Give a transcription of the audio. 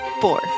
Four